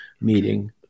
meeting